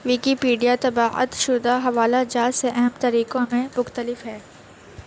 Wikipedia طباعت شدہ حوالہ جات سے اہم طریقوں میں مختلف ہے